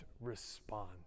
respond